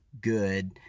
good